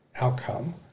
outcome